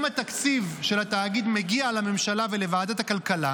אם התקציב של התאגיד מגיע לממשלה ולוועדת הכלכלה,